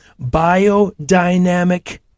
biodynamic